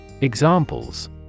Examples